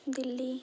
Delhi